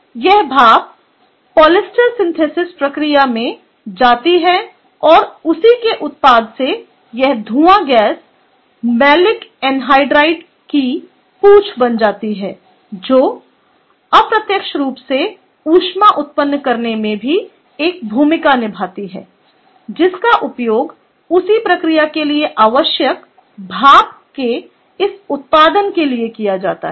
तो यह भाप पॉलिएस्टर प्सिंथेसिस प्रक्रिया में जाती है और उसी के उत्पाद से यह धूआं गैस मैलिक एनहाइड्राइड की पूछ बन जाता है जो अप्रत्यक्ष रूप से उष्मा उत्पन्न करने में भी एक भूमिका निभाती है जिसका उपयोग उसी प्रक्रिया के लिए आवश्यक भाप के इस उत्पादन के लिए किया जाता है